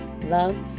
love